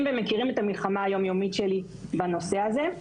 ומכירים את המלחמה היום יומית שלי בנושא הזה.